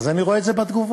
אז אני רואה את זה בתגובות,